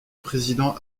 président